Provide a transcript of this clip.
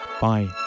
bye